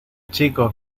chicos